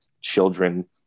children